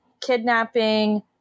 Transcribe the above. kidnapping